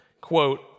Quote